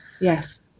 yes